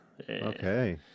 okay